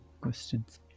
questions